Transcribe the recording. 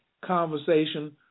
conversation